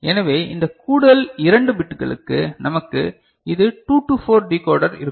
எனவே இந்த கூடுதல் 2 பிட்களுக்கு நமக்கு இது 2 டு 4 டிகோடர் இருக்கும்